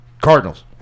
Cardinals